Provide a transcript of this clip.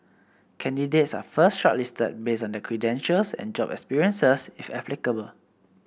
candidates are first shortlisted based on their credentials and job experiences if applicable